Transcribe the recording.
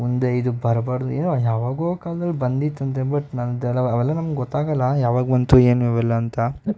ಮುಂದೆ ಇದು ಬರಬಾರ್ದು ಏನೋ ಯಾವಾಗೋ ಕಾಲ್ದಲ್ಲಿ ಬಂದಿತ್ತಂತೆ ಬಟ್ ಅವೆಲ್ಲ ನಮ್ಗೆ ಗೊತ್ತಾಗಲ್ಲ ಯಾವಾಗ ಬಂತು ಏನು ಇವೆಲ್ಲ ಅಂತ